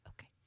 Okay